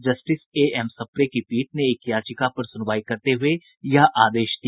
justice AM Sapre की पीठ ने एक याचिका पर सुनवाई करते हुये यह आदेश दिया